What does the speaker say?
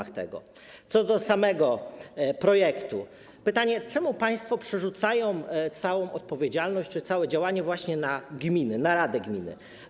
Co do samego projektu mam pytanie: Czemu państwo przerzucają całą odpowiedzialność czy całe działanie właśnie na gminy, na rady gmin?